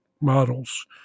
models